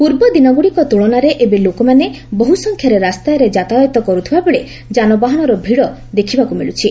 ପୂର୍ବ ଦିନଗୁଡିକ ତୁଳନାରେ ଏବେ ଲୋକମାନେ ବହ ସଂଖ୍ୟାରେ ରାସ୍ତାରେ ଯାତାୟତ କରୁଥିବାବେଳେ ଯାନବାହନର ଭିଡ ଦେଖିବାକୁ ମିଳିଛି